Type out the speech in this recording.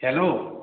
hello